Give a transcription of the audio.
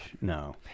No